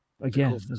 again